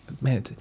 Man